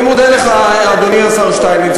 אדוני השר שטייניץ,